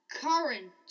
current